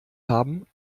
haben